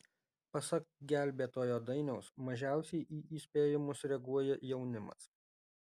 pasak gelbėtojo dainiaus mažiausiai į įspėjimus reaguoja jaunimas